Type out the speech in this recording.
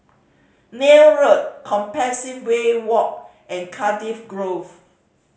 Neil Road Compassvale Walk and Cardiff Grove